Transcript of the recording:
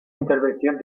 intervención